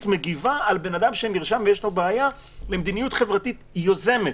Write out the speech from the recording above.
מגיבה על אדם שנרשם ויש לו בעיה למדיניות חברתית יוזמת,